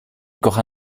kocha